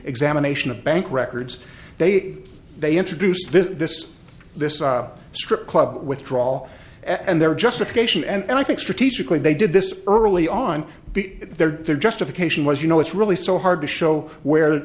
examination of bank records they they introduced this this this strip club withdraw and their justification and i think strategically they did this early on because their their justification was you know it's really so hard to show where